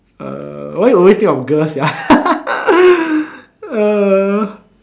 uh why you always think of girl sia uh